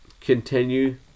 continue